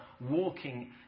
walking